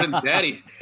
daddy